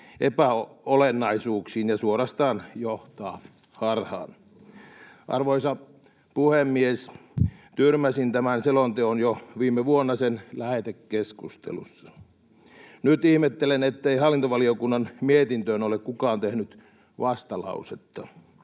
epäolennaisuuksiin ja suorastaan johtaa harhaan. Arvoisa puhemies! Tyrmäsin tämän selonteon jo viime vuonna sen lähetekeskustelussa. Nyt ihmettelen, ettei hallintovaliokunnan mietintöön ole kukaan tehnyt vastalausetta.